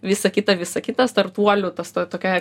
visa kita visa kita startuolių tas to tokia